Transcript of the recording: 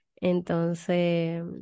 Entonces